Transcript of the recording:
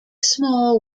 small